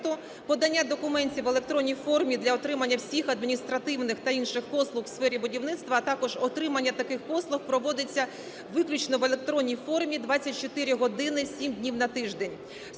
подання документів в електронній формі для отримання всіх адміністративних та інших послуг в сфері будівництва, а також отримання таких послуг проводиться виключно в електронній формі 24 години 7 днів на тиждень.